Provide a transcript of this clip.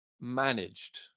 managed